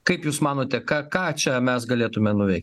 kaip jūs manote ką ką čia mes galėtume nuveikt